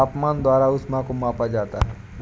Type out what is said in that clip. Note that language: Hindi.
तापमान द्वारा ऊष्मा को मापा जाता है